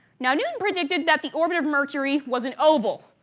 now, newton predicted that the orbit of mercury was an oval,